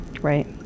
Right